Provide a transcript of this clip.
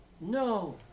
No